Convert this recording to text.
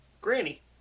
granny